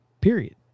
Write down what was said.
period